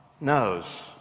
knows